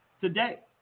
today